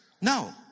No